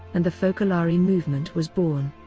and the focolare movement was born.